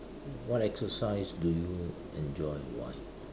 what exercise do you enjoy why